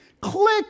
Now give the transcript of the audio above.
click